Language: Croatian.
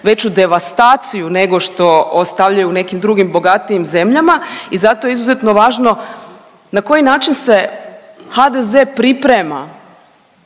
veću devastaciju nego što ostavljaju u nekim drugim bogatijim zemljama. I zato je izuzetno važno na koji način se HDZ priprema